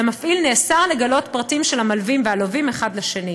על המפעיל נאסר לגלות פרטים של המלווים והלווים אחד לשני.